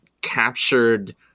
captured